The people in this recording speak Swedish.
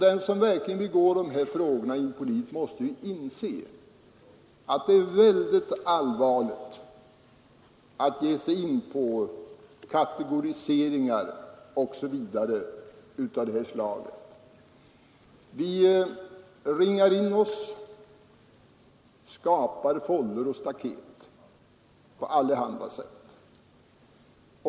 Den som verkligen tränger dessa frågor in på livet måste inse, att det är mycket allvarligt att ge sig in på kategoriseringar av detta slag. Vi ringar in oss, skapar fållor och staket på allehanda sätt.